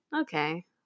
Okay